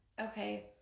Okay